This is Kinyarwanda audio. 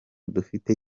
dufite